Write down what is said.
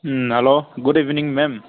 ꯎꯝ hello good ꯏꯕꯤꯅꯤꯡ ꯃꯦꯝ